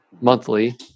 monthly